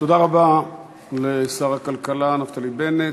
תודה רבה לשר הכלכלה נפתלי בנט.